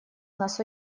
нас